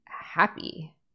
happy